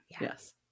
Yes